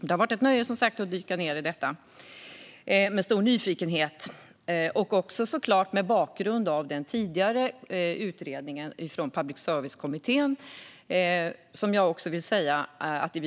Det har varit ett nöje att dyka ned i detta med stor nyfikenhet och såklart mot bakgrund av den tidigare utredningen från public service-kommittén.